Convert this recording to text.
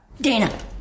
Dana